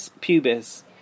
pubis